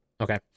Okay